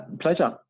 pleasure